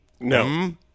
No